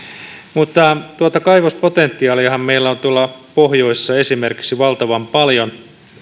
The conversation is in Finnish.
mutta tuota kaivospotentiaaliahan meillä on esimerkiksi tuolla pohjoisessa valtavan paljon